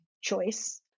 choice